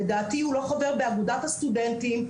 לדעתי הוא לא חבר באגודת הסטודנטים.